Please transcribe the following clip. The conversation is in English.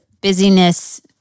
busyness